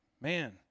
man